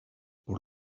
por